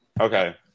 okay